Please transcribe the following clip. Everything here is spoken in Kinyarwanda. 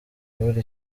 ibura